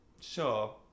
Sure